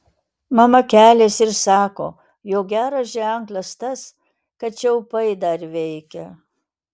mama keliasi ir sako jog geras ženklas tas kad čiaupai dar veikia